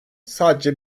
sadece